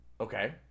Okay